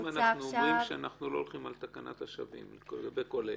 במילים פשוטות אנחנו אומרים שאנחנו לא הולכים על תקנת השבים בכל אלה.